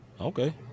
Okay